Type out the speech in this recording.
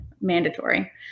mandatory